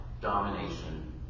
domination